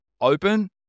open